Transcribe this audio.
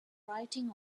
writing